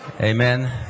Amen